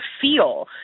feel